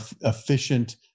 efficient